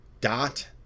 dot